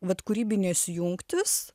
vat kūrybinės jungtys